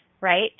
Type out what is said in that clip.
Right